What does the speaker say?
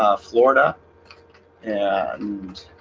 ah florida and